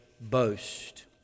boast